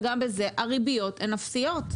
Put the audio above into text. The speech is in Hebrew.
הריביות אפסיות.